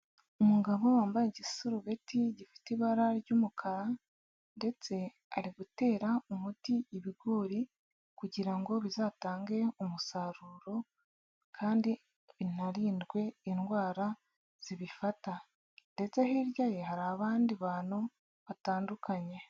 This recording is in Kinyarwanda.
Umugabo wambaye igisurubeti gifite ibara ry'umukara ndetse ari gutera umuti ibigori kugira ngo bizatange umusaruro kandi binarindwe indwara zibifata ndetse hirya ye, hari abandi bantu batandukanye.